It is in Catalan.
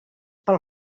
pel